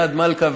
אלעד מלכא,